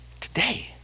Today